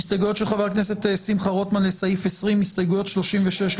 ההסתייגויות של חבר הכנסת שמחה רוטמן לסעיף 20 - הסתייגויות 36-39,